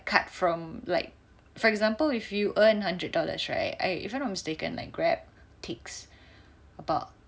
cut from like for example if you earn hundred dollars right I if I'm not mistaken like Grab takes about